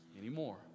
anymore